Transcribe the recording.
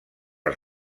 els